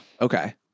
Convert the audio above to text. okay